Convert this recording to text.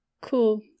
Cool